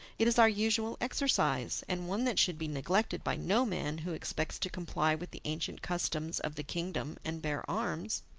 it is our usual exercise, and one that should be neglected by no man who expects to comply with the ancient customs of the kingdom and bear arms.